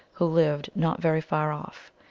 who lived not very far off.